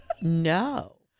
No